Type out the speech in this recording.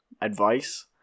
advice